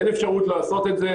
אין אפשרות לעשות את זה.